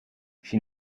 she